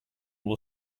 will